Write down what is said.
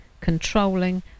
controlling